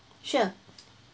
sure